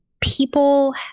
people